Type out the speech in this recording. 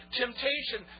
temptation